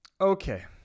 Okay